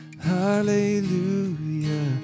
hallelujah